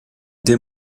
des